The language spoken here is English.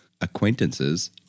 acquaintances